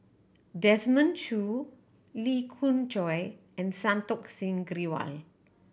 Desmond Choo Lee Khoon Choy and Santokh Singh Grewal